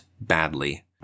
badly